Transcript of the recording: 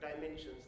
dimensions